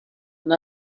and